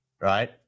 right